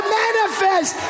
manifest